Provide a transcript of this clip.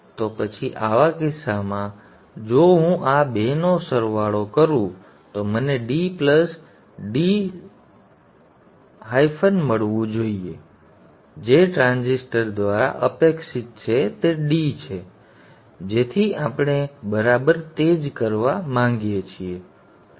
તો પછી આવા કિસ્સામાં જો હું આ બેનો સરવાળો કરું તો મને d d મળવું જોઈએ જે ટ્રાન્ઝિસ્ટર દ્વારા અપેક્ષિત છે તે d છે જેથી આપણે બરાબર તે જ કરવા માંગીએ છીએ